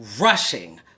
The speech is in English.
rushing